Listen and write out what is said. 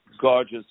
gorgeous